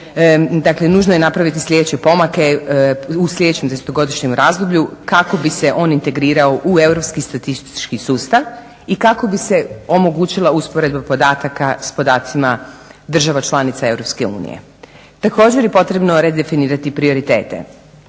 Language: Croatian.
dakle nužno je napraviti sljedeće pomake u sljedećem 10-godišnjem razdoblju kako bi se on integrirao u europski statistički sustav i kako bi se omogućila usporedba podataka s podacima država članica EU. Također, potrebno je redefinirati prioritete.